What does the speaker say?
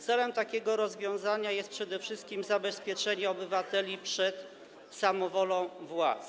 Celem takiego rozwiązania jest przede wszystkim zabezpieczenie obywateli przed samowolą władz.